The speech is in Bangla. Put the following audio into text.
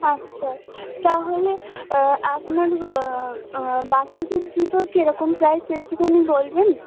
আচ্ছা তাহলে আপনার বাচ্চাদের জুতো কিরকম প্রাইস একটুখানি বলবেন